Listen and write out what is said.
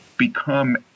become